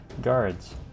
guards